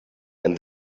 and